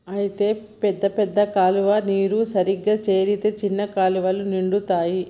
అయితే పెద్ద పెద్ద కాలువ నీరు సరిగా చేరితే చిన్న కాలువలు నిండుతాయి